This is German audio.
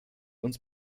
uns